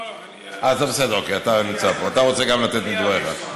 אה, אתה רוצה לתת גם מדבריך.